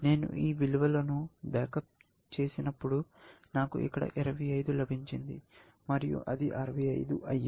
నేను ఈ విలువలను బ్యాకప్ చేసినప్పుడు నాకు ఇక్కడ 25 లభించింది మరియు అది 65 అయింది